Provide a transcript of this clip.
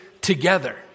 together